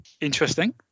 Interesting